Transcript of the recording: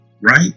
right